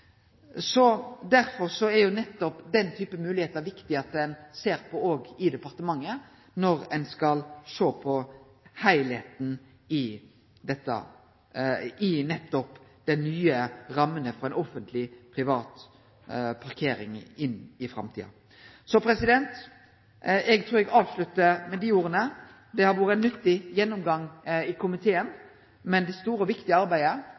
viktig at ein ser på den typen moglegheiter i departementet når ein skal sjå på heilskapen i dei nye rammene for offentleg og privat parkering i framtida. Eg trur eg avsluttar med dei orda. Det har vore ein nyttig gjennomgang i komiteen, men det store og viktige arbeidet